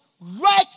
right